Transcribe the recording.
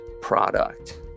product